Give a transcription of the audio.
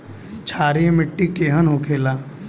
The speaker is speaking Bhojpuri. क्षारीय मिट्टी केहन होखेला?